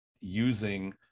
using